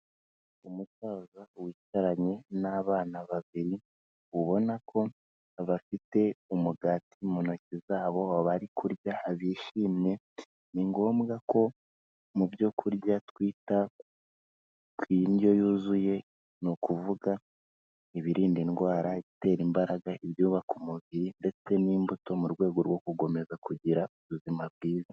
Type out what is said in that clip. Umusaza wicaranye n'abana babiri, ubona ko bafite umugati mu ntoki zabo bari kurya bishimye, ni ngombwa ko mu byo kurya twita ku indyo yuzuye, ni ukuvuga ibirinda indwara, ibitera imbaraga, ibyubaka umubiri ndetse n'imbuto mu rwego rwo gukomeza kugira ubuzima bwiza.